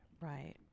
Right